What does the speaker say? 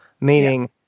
Meaning